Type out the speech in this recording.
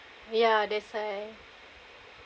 ya that's why